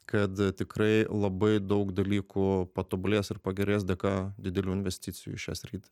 kad tikrai labai daug dalykų patobulės ir pagerės dėka didelių investicijų į šią sritį